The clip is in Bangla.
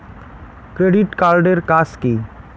ক্রেডিট কার্ড এর কাজ কি?